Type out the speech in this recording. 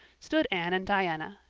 stood anne and diana,